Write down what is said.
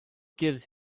gives